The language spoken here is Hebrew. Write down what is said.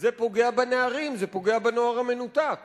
זה פוגע בנערים, זה פוגע בנוער המנותק